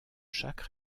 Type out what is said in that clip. chaque